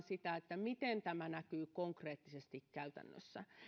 sitä miten tämä näkyy konkreettisesti käytännössä